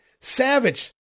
Savage